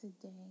today